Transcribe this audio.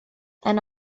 and